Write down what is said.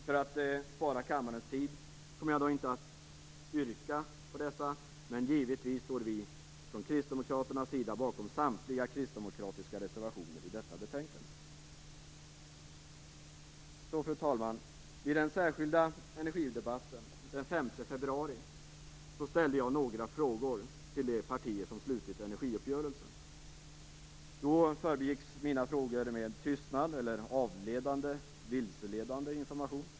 För att spara kammarens tid kommer jag inte att yrka bifall till dessa reservationer, men givetvis står vi kristdemokrater bakom samtliga våra reservationer i detta betänkande. Fru talman! Vid den särskilda energidebatten den 5 februari ställde jag några frågor till de partier som slutit energiuppgörelsen. Då förbegicks mina frågor med tystnad eller avledande och vilseledande information.